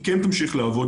היא כן תמשיך לעבוד,